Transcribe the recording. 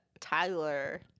Tyler